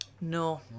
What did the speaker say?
No